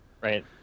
Right